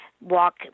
walk